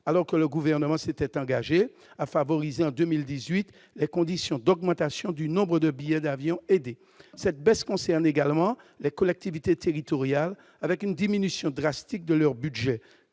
alors que le gouvernement s'était engagé à favoriser en 2018, les conditions d'augmentation du nombre de billets d'avion et aidés, cette baisse concerne également les collectivités territoriales, avec une diminution drastique de leur budget,